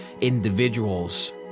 individuals